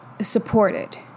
supported